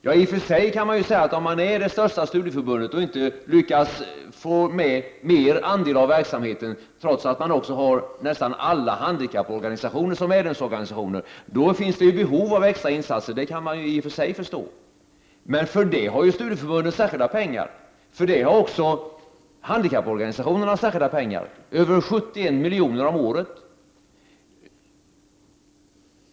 Ja, om det största studieförbundet inte lyckas få en större andel av verksamheten, trots att man har nästan alla handikapporganisationer som medlemsorganisationer, finns det i och för sig behov av extra insatser — det kan jag förstå. Men för detta har studieförbunden och handikapporganisationerna särskilda pengar, nämligen över 71 miljoner om året.